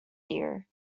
deer